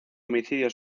homicidio